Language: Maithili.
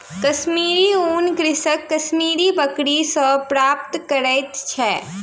कश्मीरी ऊन कृषक कश्मीरी बकरी सॅ प्राप्त करैत अछि